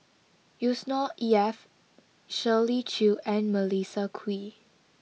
Yusnor E F Shirley Chew and Melissa Kwee